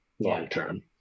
long-term